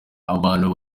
abantu